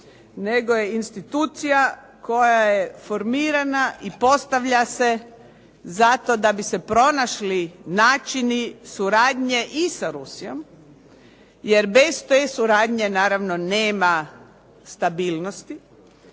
nego je institucija koja je formirana i postavlja se zato da bi se pronašli načini suradnje i sa Rusijom, jer bez te suradnje naravno nema stabilnosti,